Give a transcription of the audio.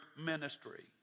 ministry